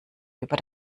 über